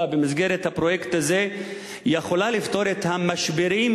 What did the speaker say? במסגרת הפרויקט הזה יכולה לפתור את המשברים,